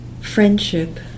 friendship